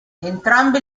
entrambe